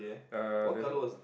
uh the j~